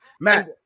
Matt